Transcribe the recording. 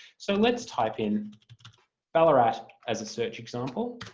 so let's type in ballarat as a search example,